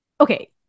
okay